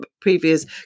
previous